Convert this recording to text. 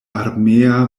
armea